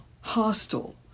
hostile